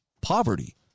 poverty